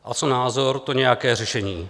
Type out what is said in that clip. A co názor, to nějaké řešení.